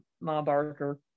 Ma-Barker